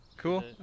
Cool